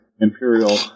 imperial